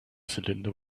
cylinder